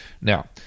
Now